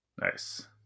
nice